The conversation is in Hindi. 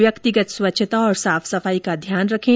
व्यक्तिगत स्वच्छता और साफ सफाई का ध्यान रखें